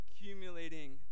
Accumulating